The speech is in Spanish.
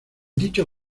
dicho